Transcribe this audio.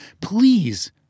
please